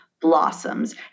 blossoms